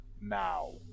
now